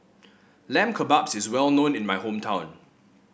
Lamb Kebabs is well known in my hometown